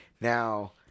now